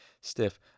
stiff